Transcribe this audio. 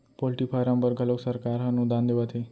poultry farm बर घलोक सरकार ह अनुदान देवत हे